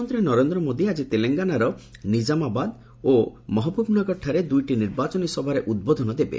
ପ୍ରଧାନମନ୍ତ୍ରୀ ନରେନ୍ଦ୍ର ମୋଦି ଆଜି ତେଲେଙ୍ଗାନାର ନିକ୍କାମାବାଦ ଓ ମହାବୃବ୍ନଗରଠାରେ ଦୂଇଟି ନିର୍ବାଚନୀ ସଭାରେ ଉଦ୍ବୋଧନ ଦେବେ